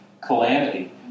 calamity